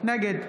נגד